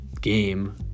game